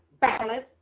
balance